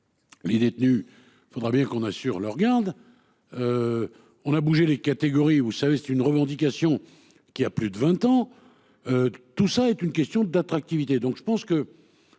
Les détenus. Il faudra bien qu'on a sur leur garde. On a bougé les catégories. Vous savez, c'est une revendication qui a plus de 20 ans. Tout ça est une question d'attractivité.